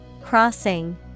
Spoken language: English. Crossing